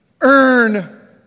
earn